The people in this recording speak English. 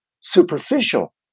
superficial